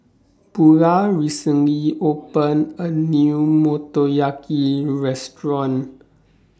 Bulah recently opened A New Motoyaki Restaurant